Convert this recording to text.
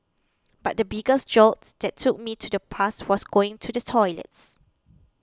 but the biggest jolts that took me to the past was going to the toilets